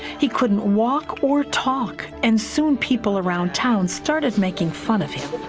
he couldn't walk or talk. and soon people around town started making fun of him.